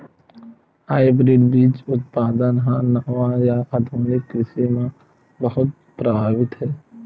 hybrid बीज उत्पादन हा नवा या आधुनिक कृषि मा बहुत प्रभावी हे